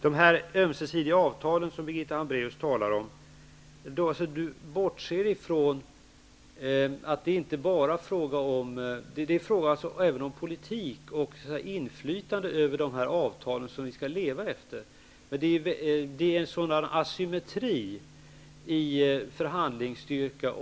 Birgitta Hambraeus talar om ömsesidiga avtal. Hon bortser från att det även är fråga om politik och inflytande över de avtal som vi skall leva efter. Det är en sådan asymmetri i förhandlingsstyrkan.